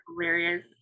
hilarious